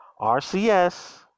RCS